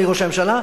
אדוני ראש הממשלה,